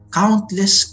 countless